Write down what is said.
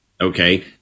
Okay